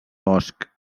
bosc